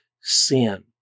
sin